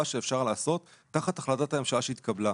שאפשר לעשות תחת החלטת הממשלה שהתקבלה.